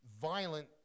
violent